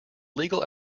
legal